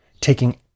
taking